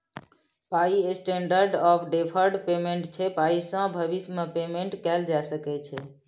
पाइ standard of deferred payment छै पाइसँ भबिस मे पेमेंट कएल जा सकै छै